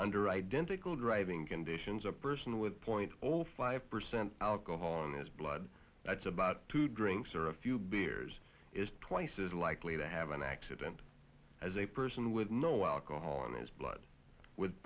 under identical driving conditions a person with point zero five percent alcohol in his blood that's about two drinks or a few beers is twice as likely to have an accident as a person with no alcohol in his blood with